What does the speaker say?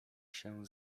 się